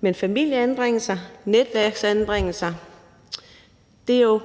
Men familieanbringelser og netværksanbringelser er jo